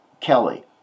Kelly